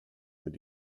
mit